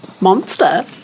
monster